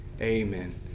Amen